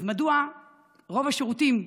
אז מדוע רוב השירותים,